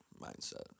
mindset